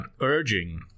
urging